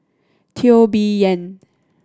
Teo Bee Yen